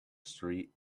street